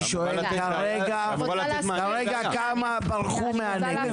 אני שואל כרגע כמה ברחו מהנגב?